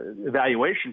evaluation